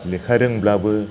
लेखा रोंब्लाबो